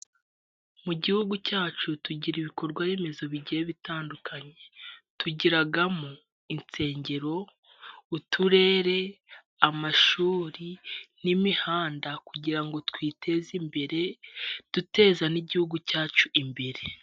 Mu gihugu cyacu tugira ibikorwaremezo bigiye bitandukanye tugiramo: insengero, uturere, amashuri, n'imihanda. Kugira ngo twiteze imbere, duteza n'igihugu cyacu imbere.